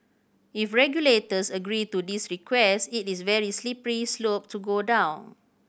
if regulators agree to this request it is very slippery slope to go down